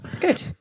Good